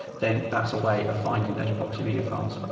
then that's a way of finding those proxy media files.